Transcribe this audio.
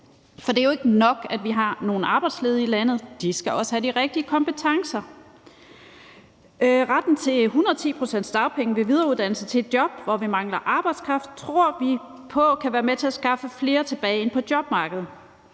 Det er jo ikke nok, at vi har nogle arbejdsledige i landet, for de skal også have de rigtige kompetencer. Retten til 110 pct. dagpenge ved videreuddannelse til et job, hvor vi mangler arbejdskraft, tror vi på kan være med til at skaffe flere tilbage på jobmarkedet.